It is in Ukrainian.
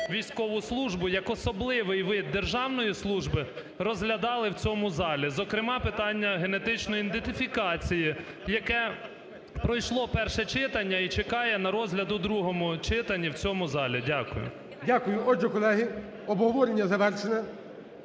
військову службу як особливий вид державної служби розглядали в цьому залі, зокрема, питання генетичної ідентифікації, яке пройшло перше читання і чекає на розгляд у другому читанні в цьому залі. Дякую. ГОЛОВУЮЧИЙ. Дякую. Отже, колеги, обговорення завершене,